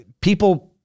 People